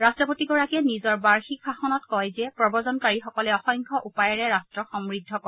ৰাট্টপতিগৰাকীয়ে নিজৰ বাৰ্ষিক ভাষণত কয় যে প্ৰৱজনকাৰীসকলে অসংখ্য উপায়েৰে ৰাট্টক সমূদ্ধ কৰে